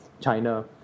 China